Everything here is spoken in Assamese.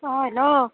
অঁ হেল্ল'